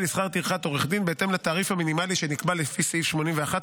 אני מזמין את יושב-ראש ועדת החוקה,